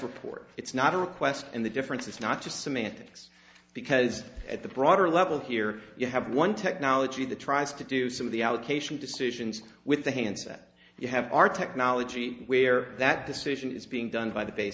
report it's not a request and the difference is not just semantics because at the broader level here you have one technology the tries to do some of the allocation decisions with the handset you have our technology where that decision is being done by the ba